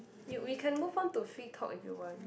you we can move on to free talk if you want